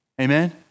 Amen